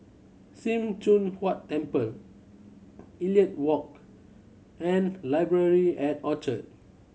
Sim Choon Huat Temple Elliot Walk and Library at Orchard